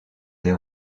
des